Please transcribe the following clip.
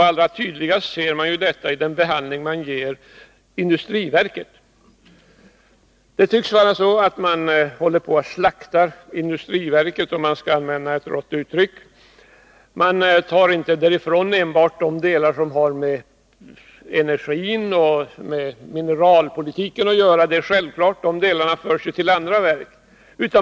Allra tydligast ser man det i behandlingen av industriverket. Man håller tydligen på att slakta industriverket, för att använda ett rått uttryck. Man tar inte enbart bort de delar som har med energin och mineralpolitiken att göra. Det är självklart, de delarna förs till andra verk.